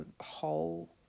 whole